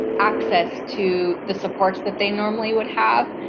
access to the supports that they normally would have,